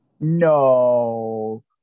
No